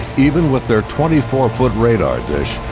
even with their twenty four foot radar dish,